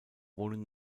wohnen